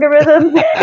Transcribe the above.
algorithm